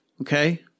Okay